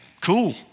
cool